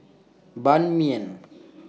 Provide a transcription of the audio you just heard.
Ban Mian